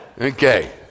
Okay